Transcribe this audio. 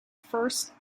first